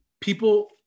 people